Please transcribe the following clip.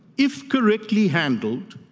if correctly handled